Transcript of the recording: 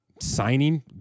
Signing